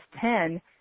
ten